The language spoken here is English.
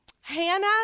Hannah